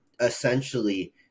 essentially